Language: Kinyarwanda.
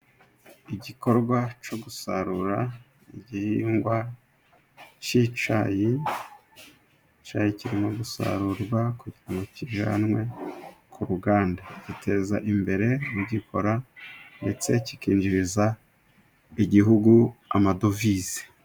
Igikorwa cyo gusarura igihingwa cy'icyayi, icyayi kirimo gusarurwa kugira ngo kijyanwe ku ruganda giteza imbere abigikora, ndetse kikinjiriza igihugu amadovize.